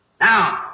Now